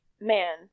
man